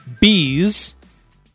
Bees